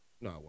No